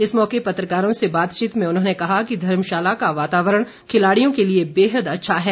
इस मौके पत्रकारों से बातचीत में उन्होंने कहा कि धर्मशाला का वातावरण खिलाडियों के लिए बेहद अच्छा है